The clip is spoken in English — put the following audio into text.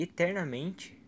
Eternamente